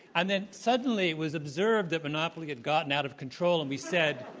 and then suddenly it was observed that monopoly had gotten out of control and we said,